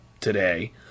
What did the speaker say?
today